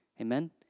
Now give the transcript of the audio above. Amen